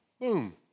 boom